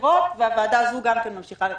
בחירות והוועדה הזו גם כן ממשיכה לכהן.